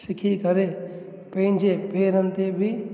सिखी करे पंहिंजे पेरनि ते बि